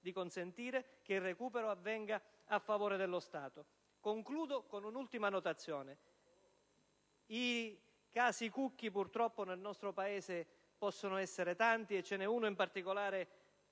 di consentire che il recupero avvenga a favore dello Stato. Concludo con un'ultima annotazione. I casi Cucchi, purtroppo, nel nostro Paese possono essere tanti, e ce n'è uno, in particolare,